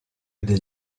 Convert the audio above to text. del